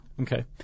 Okay